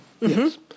Yes